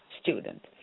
student